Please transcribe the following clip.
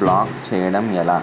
Black చేయడం ఎలా?